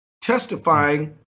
testifying